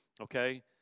okay